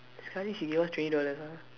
sekali she gave us twenty dollars ah